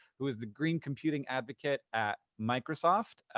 who is the green computing advocate at microsoft.